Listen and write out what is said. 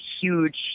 huge